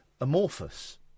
amorphous